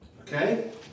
Okay